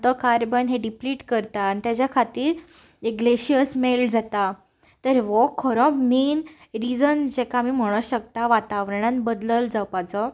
आनी तो कार्बन हां डिप्लीट करता आनी तेच्या खातीर हे ग्लेशियर्स मॅल्ट जाता तर हो खरो मेन रिझन जेका आमी म्हणूंक शकता वातावरणांत बदल जावपाचो